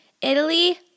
Italy